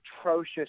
atrocious